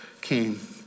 came